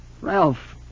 Ralph